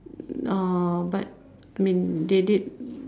uh but I mean they did